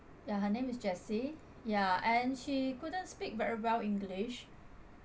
yeah her name is jessie ya and she couldn't speak very well english